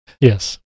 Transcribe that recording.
Yes